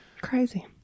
Crazy